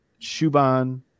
Shuban